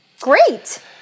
great